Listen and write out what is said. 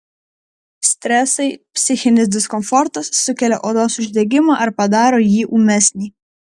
stresai psichinis diskomfortas sukelia odos uždegimą ar padaro jį ūmesnį